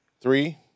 Three